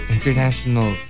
International